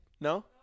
No